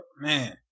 man